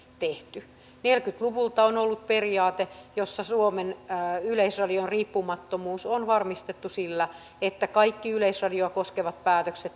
tehty neljäkymmentä luvulta on ollut periaate jossa suomen yleisradion riippumattomuus on varmistettu sillä että kaikki yleisradiota koskevat päätökset